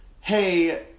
Hey